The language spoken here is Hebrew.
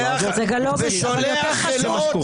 הזאת --- ושולח חלאות לשרוף בתים.